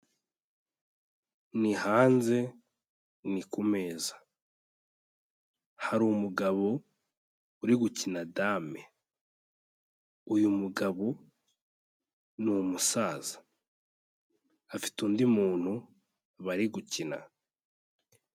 Ni hanze, ni ku meza hari umugabo uri gukina dame. Uyu mugabo ni umusaza, afite undi muntu bari gukina.